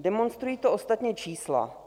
Demonstrují to ostatně čísla.